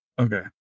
Okay